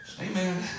Amen